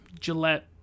gillette